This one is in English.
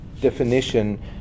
definition